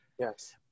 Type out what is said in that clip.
yes